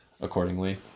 accordingly